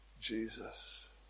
Jesus